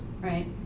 right